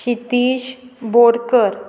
Shitish Borkar